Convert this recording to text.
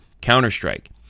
Counter-Strike